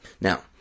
Now